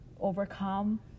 overcome